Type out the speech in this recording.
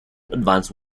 advance